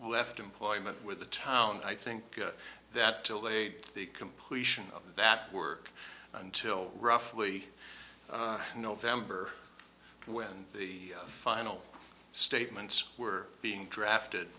left employment with the town i think that till late the completion of that work until roughly november when the final statements were being drafted